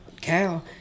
cow